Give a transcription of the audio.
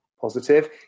positive